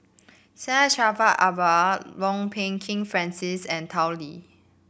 Syed Jaafar Albar Kwok Peng Kin Francis and Tao Li